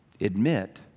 Admit